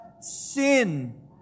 sin